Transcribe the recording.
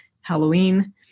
Halloween